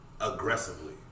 aggressively